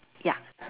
ya